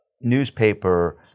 newspaper